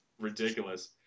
ridiculous